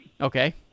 Okay